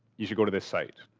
you should go to this site.